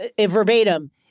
verbatim